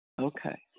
Okay